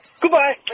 Goodbye